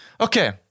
Okay